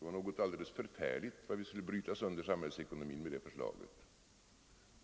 Det var rent förfärligt vilka för samhällsekonomin nedbrytande konsekvenser förslaget sades komma att få.